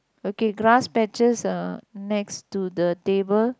okay grass patches uh next to the table